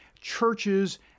churches